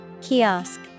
Kiosk